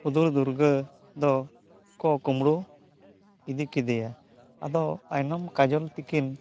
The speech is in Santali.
ᱦᱩᱫᱩᱲ ᱫᱩᱨᱜᱟᱹ ᱫᱚ ᱠᱚ ᱠᱩᱢᱲᱩ ᱤᱫᱤ ᱠᱮᱫᱮᱭᱟ ᱟᱫᱚ ᱟᱭᱱᱚᱢ ᱠᱟᱡᱚᱞ ᱛᱟᱠᱤᱱ